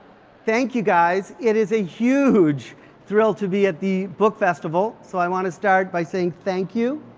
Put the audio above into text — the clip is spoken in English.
thank you guys. it is a huge thrill to be at the book festival. so i want to start by saying thank you.